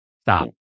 stop